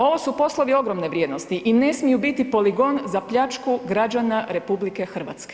Ovo su poslovi ogromne vrijednosti i ne smiju biti poligon za pljačku građana RH.